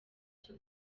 cyo